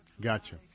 Gotcha